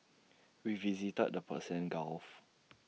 we visited the Persian gulf